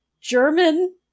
german